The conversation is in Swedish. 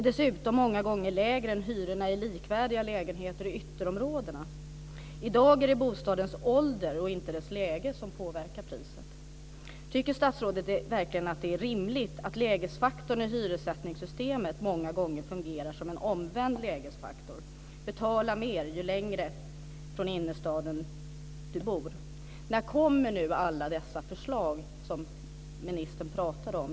Dessutom är de många gånger lägre än hyrorna för likvärdiga lägenheter i ytterområdena. I dag är det bostadens ålder och inte dess läge som påverkar priset. Tycker statsrådet verkligen att det är rimligt att lägesfaktorn i hyressättningssystemet många gånger fungerar som en omvänd lägesfaktor, att man får betala mer ju längre från innerstaden man bor? När kommer alla dessa förslag som ministern pratade om?